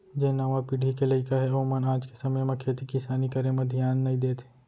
जेन नावा पीढ़ी के लइका हें ओमन आज के समे म खेती किसानी करे म धियान नइ देत हें